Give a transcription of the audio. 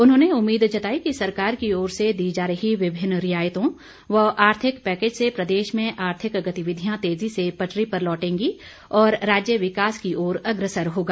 उन्होंने उम्मीद जताई कि सरकार की ओर से दी जा रही विभिन्न रियायतों व आर्थिक पैकेज से प्रदेश में आर्थिक गतिविधियां तेज़ी से पटरी पर लौटेंगी और राज्य विकास की ओर अग्रसर होगा